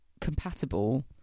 compatible